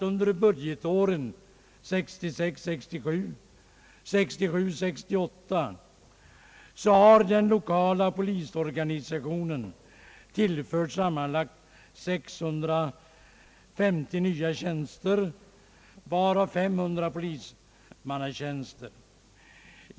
Under budgetåren 1966 68 har den lokala polisorganisationen tillförts sammanlagt 650 nya tjänster, varav 500 polismannatjänster.